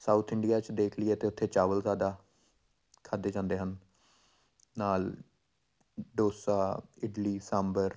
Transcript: south India 'ਚ ਦੇਖ ਲਈਏ ਤਾਂ ਉੱਥੇ ਚਾਵਲ ਜ਼ਿਆਦਾ ਖਾਦੇ ਜਾਂਦੇ ਹਨ ਨਾਲ ਡੋਸਾ ਇਡਲੀ ਸਾਂਬਰ